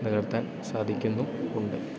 നിലനിർത്താൻ സാധിക്കുന്നും ഉണ്ട്